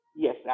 Yes